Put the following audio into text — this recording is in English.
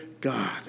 God